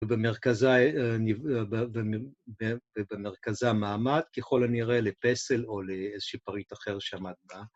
‫ובמרכזה מעמד, ככל הנראה, ‫לפסל או לאיזושהי פריט אחר שעמד בה.